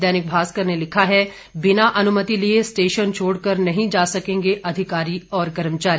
दैनिक भास्कर ने लिखा है बिना अनुमति लिये स्टेशन छोड़कर नहीं जा सकेंगे अधिकारी और कर्मचारी